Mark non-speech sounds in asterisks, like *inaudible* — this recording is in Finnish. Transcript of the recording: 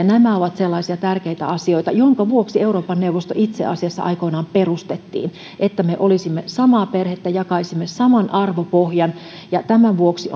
*unintelligible* nämä ovat sellaisia tärkeitä asioita joidenka vuoksi euroopan neuvosto itse asiassa aikoinaan perustettiin että me olisimme samaa perhettä jakaisimme saman arvopohjan tämän vuoksi *unintelligible*